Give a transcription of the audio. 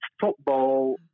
football